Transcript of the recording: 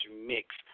mix